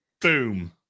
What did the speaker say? Boom